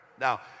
Now